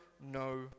no